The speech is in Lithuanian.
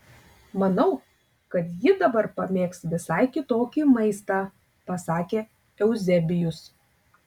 manau kad ji dabar pamėgs visai kitokį maistą pasakė euzebijus